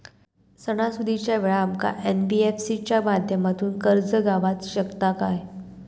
सणासुदीच्या वेळा आमका एन.बी.एफ.सी च्या माध्यमातून कर्ज गावात शकता काय?